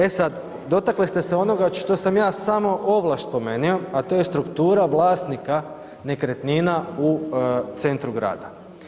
E sad, dotakli ste se onoga što sam ja samo ovlaš spomenuo, a to je struktura vlasnika nekretnina u centru grada.